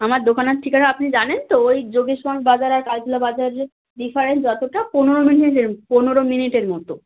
আমার দোকানের ঠিকানা আপনি জানেন তো ওই যোগেশ্বর বাজার আর বাজারের ডিফারেন্স যতটা পনেরো মিনিটের পনেরো মিনিটের মতো